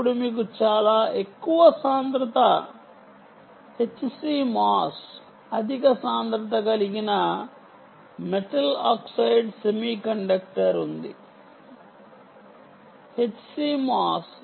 అప్పుడు మీకు అధిక సాంద్రత కలిగిన metal oxide semiconductor High density Complementary Metal Oxide Semiconductor HCMOS ఉంది